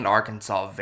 Arkansas